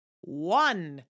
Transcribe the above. one